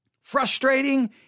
frustrating